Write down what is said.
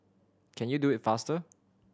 can you do it faster